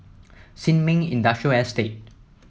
Sin Ming Industrial Estate